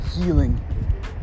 healing